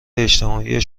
اجتماعی